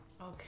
Okay